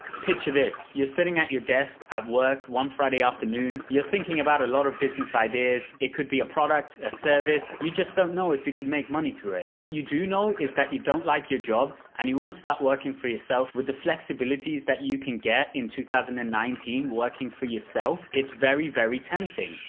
picture this! you're sitting at your desk at work one friday afternoon. you're thinking about a lot of business ideas. it could be a product, a service. you just don't know if you can make money through it. what you do know is that you don't like your job and you want to start working for yourself. with the flexibilities that you can get in two thousand and nineteen working for yourself. it's very very tempting.